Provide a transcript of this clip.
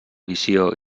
visió